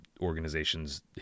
organization's